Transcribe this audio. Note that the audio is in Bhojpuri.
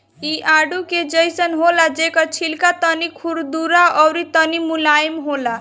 इ आडू के जइसन होला जेकर छिलका तनी खुरदुरा अउरी तनी मुलायम होला